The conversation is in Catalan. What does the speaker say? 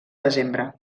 desembre